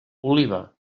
oliva